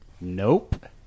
nope